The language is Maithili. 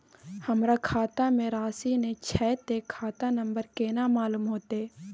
हमरा खाता में राशि ने छै ते खाता नंबर केना मालूम होते?